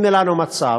הנה לנו מצב